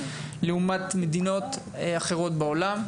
לעומת מדינות אחרות בעולם.